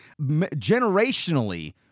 generationally